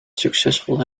succesvol